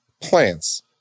Plants